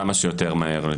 כמה שיותר מהר.